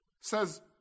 says